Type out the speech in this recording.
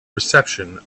reception